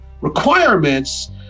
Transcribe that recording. requirements